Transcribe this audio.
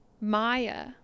Maya